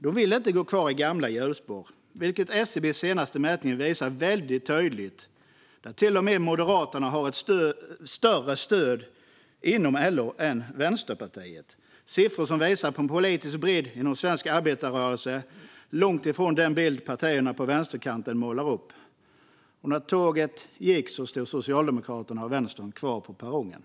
De vill inte gå kvar i gamla hjulspår, vilket SCB:s senaste mätning visar väldigt tydligt. Där har till och med Moderaterna ett större stöd inom LO än vad Vänsterpartiet har. Det är siffror som visar på en politisk bredd inom svensk arbetarrörelse. Det är långt ifrån den bild som partierna på vänsterkanten målar upp. När tåget gick stod Socialdemokraterna och Vänstern kvar på perrongen.